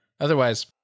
Otherwise